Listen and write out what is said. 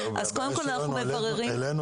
אז קודם כל אנחנו מבררים --- העלינו